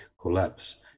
collapse